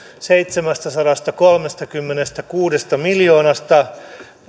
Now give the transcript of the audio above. seitsemästäsadastakolmestakymmenestäkuudesta miljoonasta